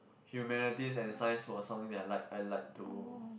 humanities and science was something that I like I like to